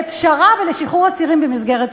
לפשרה ולשחרור אסירים במסגרת פשרה.